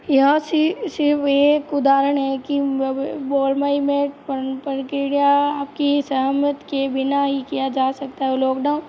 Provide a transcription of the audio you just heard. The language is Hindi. यह सी सिर्फ़ एक उदाहरण है कि बोरमई में प्रक्रिया की सहमत के बिना ही किया जा सकता है लॉकडाउन